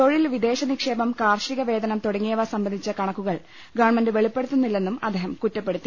തൊഴിൽ വിദേശ നിക്ഷേപം കാർഷിക വേതനം തുടങ്ങി യവ സംബന്ധിച്ച കണക്കുകൾ ഗവൺമെന്റ് വെളിപ്പെടുത്തുന്നില്ലെന്നും അദ്ദേഹം കുറ്റപ്പെടുത്തി